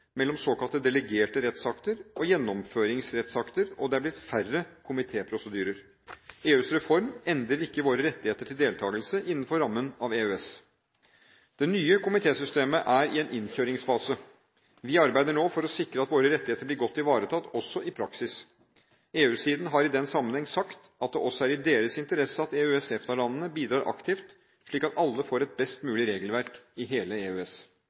mellom såkalte delegerte rettsakter og gjennomføringsrettsakter, og det er blitt færre komitéprosedyrer. EUs reform endrer ikke våre rettigheter til deltakelse innenfor rammen av EØS. Det nye komitésystemet er i en innkjøringsfase. Vi arbeider nå for å sikre at våre rettigheter blir godt ivaretatt også i praksis. EU-siden har i den sammenheng sagt at det også er i deres interesse at EØS/EFTA-landene bidrar aktivt, slik at alle får et best mulig regelverk i hele EØS.